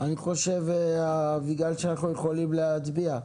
אני חושב שאנחנו יכולים להצביע.